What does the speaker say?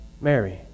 Mary